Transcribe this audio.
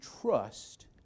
trust